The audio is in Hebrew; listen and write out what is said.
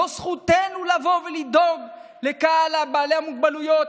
זו זכותנו לדאוג לקהל בעלי המוגבלויות,